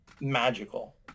magical